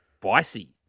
spicy